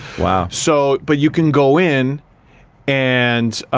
yeah so, but you can go in and